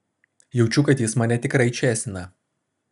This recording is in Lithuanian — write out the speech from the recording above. jaučiu kad jis mane tikrai čėsina